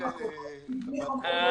כדי לבדוק את הנושא.